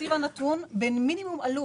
בתקציב הנתון במינימום עלות.